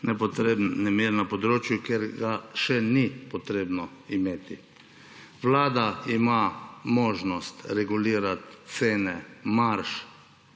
nepotreben nemir na področju, kjer ga še ni potrebno imeti. Vlada ima možnost regulirati cene marž